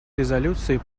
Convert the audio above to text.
резолюции